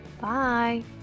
Bye